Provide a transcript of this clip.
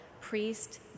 priest